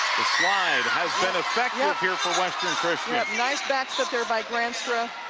slide has been effective here for western and christian. yeah nice back set there by granstra.